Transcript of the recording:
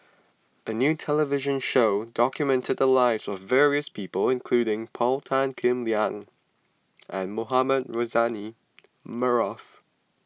a new television show documented the lives of various people including Paul Tan Kim Liang and Mohamed Rozani Maarof